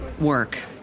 work